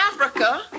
Africa